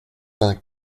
vingt